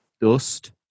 Dust